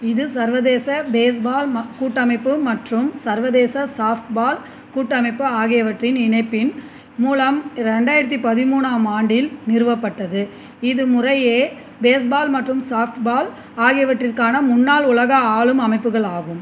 இது சர்வதேச baseball கூட்டமைப்பு மற்றும் சர்வதேச சாப்ட் பால் கூட்டமைப்பு ஆகியவற்றின் இணைப்பின் மூலம் ரெண்டாயிரத்தி பதிமூணாம் ஆண்டில் நிறுவப்பட்டது இது முறையே பேஸ் பால் மற்றும் சாப்ட் பால் ஆகியவற்றிற்கான முன்னாள் உலக ஆளும் அமைப்புகளாகும்